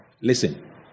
listen